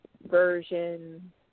version